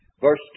verse